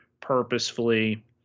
purposefully